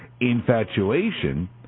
Infatuation